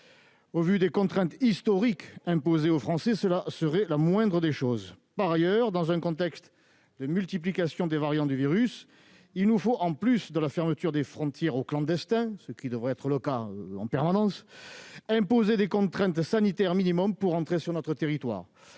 Au vu des contraintes historiques imposées aux Français, cela serait la moindre des choses. Dans un contexte de multiplication des variants du virus, il nous faut imposer, en plus de la fermeture des frontières aux clandestins, ce qui devrait être le cas en permanence, des contraintes sanitaires minimales pour entrer sur notre territoire.